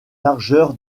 largeur